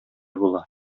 була